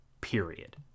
period